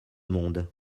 monde